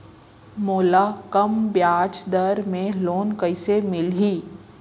मोला कम ब्याजदर में लोन कइसे मिलही?